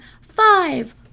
five